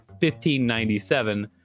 1597